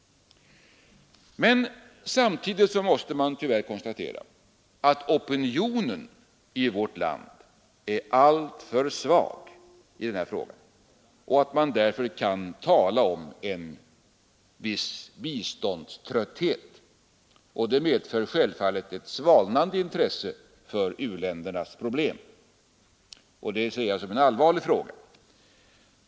Men samtidigt måste man tyvärr konstatera att opinionen i vårt land i denna fråga är alltför svag och att man därför kan tala om en viss biståndströtthet. Det medför självfallet ett svalnande intresse för u-ländernas problem. Det ser jag som en allvarlig sak.